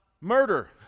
murder